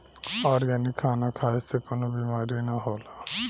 organic खाना खाए से कवनो बीमारी ना होला